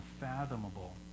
unfathomable